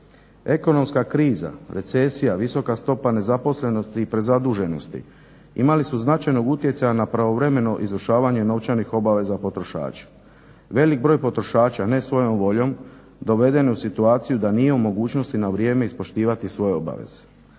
Ekonomska kriza, recesija, visoka stopa nezaposlenosti i prezaduženosti imali su značajnog utjecaja na pravovremeno izvršavanje novčanih obaveza potrošača. Velik broj potrošača ne svojom voljom doveden je u situaciju da nije u mogućnosti na vrijeme ispoštivati svoje obaveze.